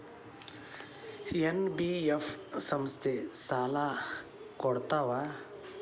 NBF ಸಂಸ್ಥಾ ಸಾಲಾ ಕೊಡ್ತಾವಾ?